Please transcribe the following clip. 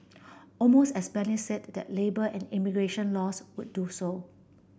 almost as said that labour and immigration laws would do so